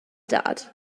dad